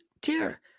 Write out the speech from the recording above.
Dear